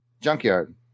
Junkyard